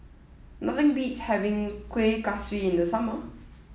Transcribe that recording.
nothing beats having Kuih Kaswi in the summer